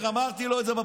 מה זה הדבר הזה?